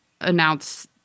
announce